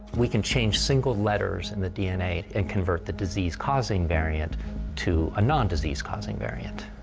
we can change single letters in the dna and convert the disease-causing variant to a non-disease-causing variant.